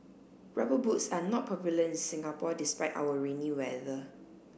rubber boots are not popular in Singapore despite our rainy weather